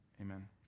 Amen